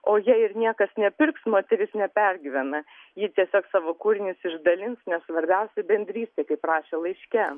o jei ir niekas nepirks moteris nepergyvena ji tiesiog savo kūrinius išdalins nes svarbiausia bendrystė kaip rašė laiške